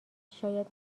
شاید